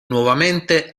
nuovamente